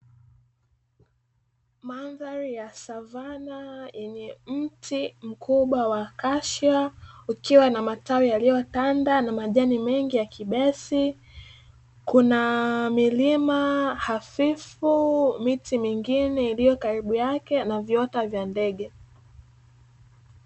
Mandhari ya savana yenye mti kubwa wa kashia ukiwa na matawi mengi yaliyotanda na majani mengi ya kibesi. Kuna milima hafifu, miti mingine iliyokaribu yake na viota vya ndege.